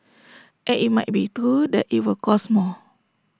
and IT might be true that IT will cost more